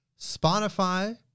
Spotify